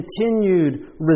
continued